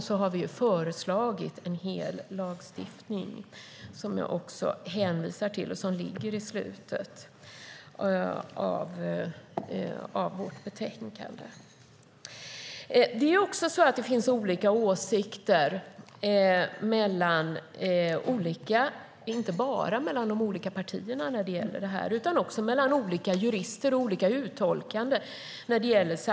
Vi har därför föreslagit en hel lagstiftning, som jag hänvisar till och som finns i slutet av vårt betänkande. Det är också så att det finns olika åsikter när det gäller samtyckeslagstiftningen, inte bara mellan de olika partierna utan också mellan olika jurister och olika uttolkare.